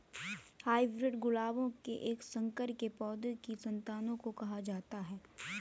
hybrid गुलाबों के एक संकर के पौधों की संतान को कहा जाता है